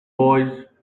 boys